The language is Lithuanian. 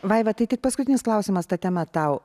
vaiva tai tik paskutinis klausimas ta tema tau